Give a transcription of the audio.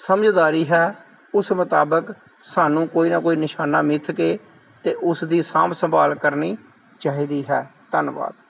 ਸਮਝਦਾਰੀ ਹੈ ਉਸ ਮੁਤਾਬਿਕ ਸਾਨੂੰ ਕੋਈ ਨਾ ਕੋਈ ਨਿਸ਼ਾਨਾ ਮਿੱਥ ਕੇ ਤੇ ਉਸ ਦੀ ਸਾਂਭ ਸੰਭਾਲ ਕਰਨੀ ਚਾਹੀਦੀ ਹੈ ਧੰਨਵਾਦ